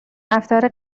رفتار